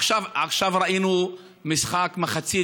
עכשיו ראינו משחק מחצית.